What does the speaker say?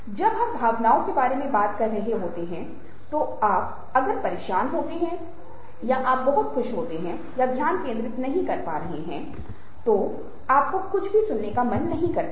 जब हम भावनाओं के बारे में बात कर रहे होते हैं तो आप अगर परेशान होते हैं या आप बहुत खुश होते हैं या ध्यान केंद्रित नहीं कर पा रहे हैं तो आपको कुछ भी सुनने का मन नहीं है